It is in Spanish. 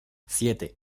siete